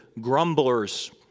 grumblers